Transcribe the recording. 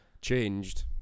changed